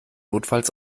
notfalls